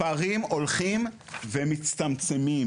הפערים הולכים ומצטמצמים.